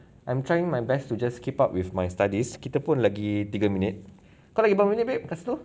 I'm trying my best to just keep up with my studies kita pun lagi tiga minute correct kalau you berapa minit babe kat situ